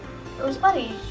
it was funny.